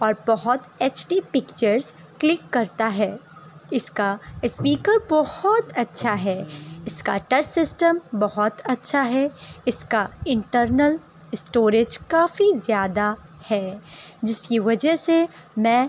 اور بہت H D pictures click کرتا ہے اس کا اسپیکر بہت اچھا ہے اس کا ٹچ سسٹم بہت اچھا ہے اس کا انٹرنل اسٹوریج کافی زیادہ ہے جس کی وجہ سے میں